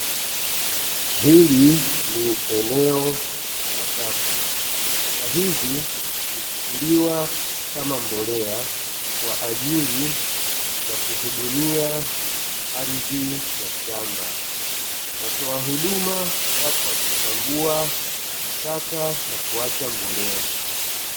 Hili ni eneo la taka, taka hizi huchukuliwa kama mbolea kwa ajili ya kuhudumia ardhi ya shamba, Watoa huduma wapo wakichambua takataka na kuacha mbolea.